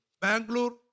Bangalore